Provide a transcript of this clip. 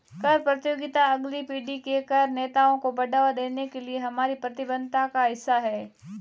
कर प्रतियोगिता अगली पीढ़ी के कर नेताओं को बढ़ावा देने के लिए हमारी प्रतिबद्धता का हिस्सा है